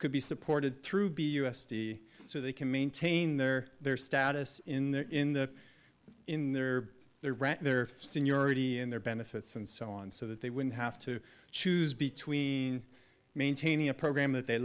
could be supported through b u s d so they can maintain their their status in the in the in their their rather seniority and their benefits and so on so that they wouldn't have to choose between maintaining a program that they